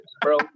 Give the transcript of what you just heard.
bro